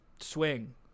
swing